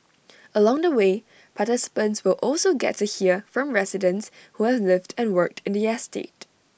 along the way participants will also get to hear from residents who have lived and worked in the estate